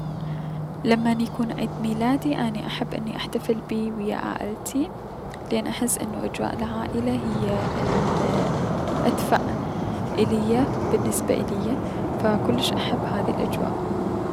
لمن يكون عيد ميلادي اني احب اني احتفل بيه ويا عائلتي لأن احس انو اجواء العائلة هي الأدفئ اليا بلنسبة اليا فكلش احب هاي الأجواء.